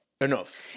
Enough